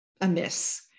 amiss